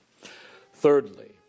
Thirdly